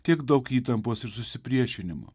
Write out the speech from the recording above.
tiek daug įtampos ir susipriešinimo